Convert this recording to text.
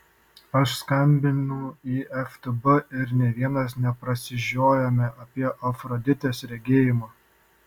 aš skambinu į ftb ir nė vienas neprasižiojame apie afroditės regėjimą